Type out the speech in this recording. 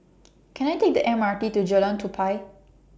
Can I Take The M R T to Jalan Tupai